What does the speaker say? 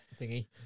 thingy